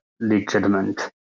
Legitimate